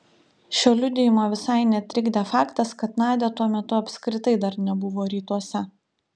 šio liudijimo visai netrikdė faktas kad nadia tuo metu apskritai dar nebuvo rytuose